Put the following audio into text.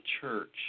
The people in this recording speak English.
church